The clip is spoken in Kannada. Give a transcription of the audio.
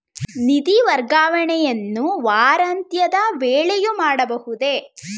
ನಿಧಿ ವರ್ಗಾವಣೆಯನ್ನು ವಾರಾಂತ್ಯದ ವೇಳೆಯೂ ಮಾಡಬಹುದೇ?